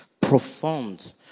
profound